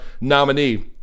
nominee